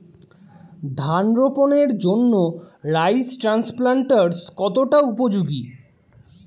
ধান রোপণের জন্য রাইস ট্রান্সপ্লান্টারস্ কতটা উপযোগী?